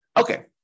Okay